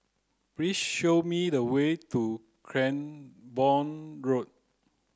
please show me the way to Cranborne Road